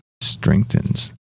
Strengthens